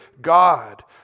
God